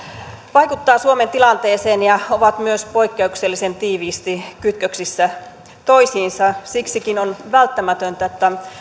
vaikuttavat suomen tilanteeseen ja ovat myös poikkeuksellisen tiiviisti kytköksissä toisiinsa siksikin on välttämätöntä